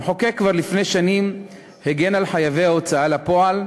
המחוקק כבר לפני שנים הגן על חייבי ההוצאה לפועל,